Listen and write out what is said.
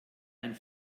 ein